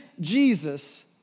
Jesus